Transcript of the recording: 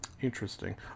Interesting